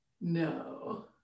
no